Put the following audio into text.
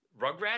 Rugrats